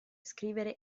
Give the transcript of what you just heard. scrivere